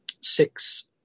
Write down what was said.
six